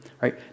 right